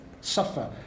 suffer